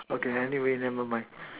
okay anyway never mind